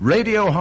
Radio